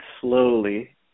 slowly